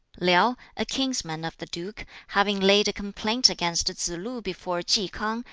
liau, a kinsman of the duke, having laid a complaint against tsz-lu before ki k'ang,